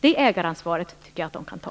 Det ägaransvaret tycker jag att de kan ta.